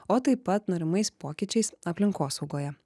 o taip pat norimais pokyčiais aplinkosaugoje